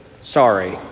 Sorry